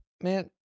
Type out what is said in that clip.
man